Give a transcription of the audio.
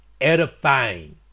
edifying